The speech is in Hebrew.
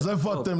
אז איפה אתם?